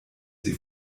sie